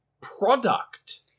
product